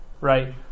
right